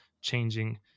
changing